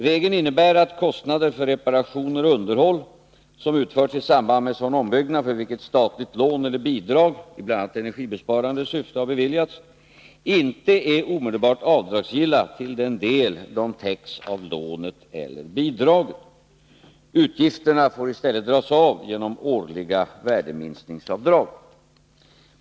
Regeln innebär att kostnader för reparationer och underhåll som utförts i samband med sådan ombyggnad för vilken statligt lån eller bidrag i bl.a. energibesparande syfte har beviljats inte är omedelbart avdragsgilla till den del de täcks av lånet eller bidraget. Utgifterna får i stället dras av genom årliga värdeminskningsavdrag.